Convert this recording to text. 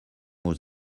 was